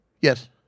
Yes